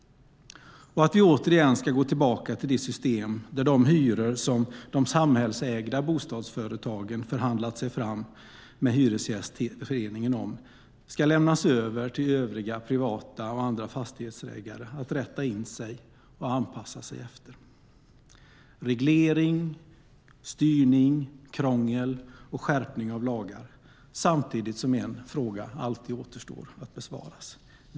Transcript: Det handlar också om att vi ska gå tillbaka till det system där de hyror som de samhällsägda bostadsföretagen förhandlat sig fram till med Hyresgästföreningen ska lämnas över till övriga fastighetsägare för att de ska rätta sig efter och anpassa sig till dem. Det är reglering, styrning, krångel och skärpning av lagar. Samtidigt är det en fråga som alltid återstår att besvara.